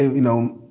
you know,